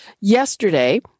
Yesterday